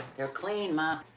they're clean, ma.